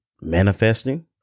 manifesting